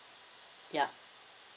ya